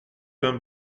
pain